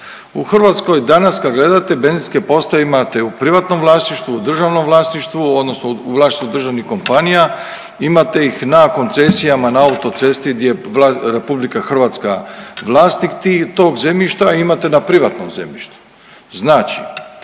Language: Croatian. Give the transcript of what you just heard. U Hrvatskoj danas kad gledate benzinske postaje imate u privatnom vlasništvu, u državnom vlasništvu, odnosno u vlasništvu državnih kompanija, imate ih na koncesijama na autocesti di je Republika Hrvatska vlasnik tog zemljišta, a imate na privatnom zemljištu.